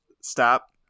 stop